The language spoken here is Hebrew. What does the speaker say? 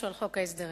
משהו על חוק ההסדרים.